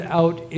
out